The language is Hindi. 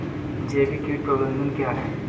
जैविक कीट प्रबंधन क्या है?